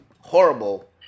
horrible